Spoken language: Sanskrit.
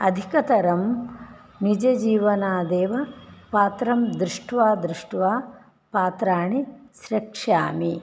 अधिकतरं निजजीवनादेव पात्रं दृष्ट्वा दृष्ट्वा पात्राणि सृक्षामि